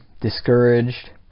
discouraged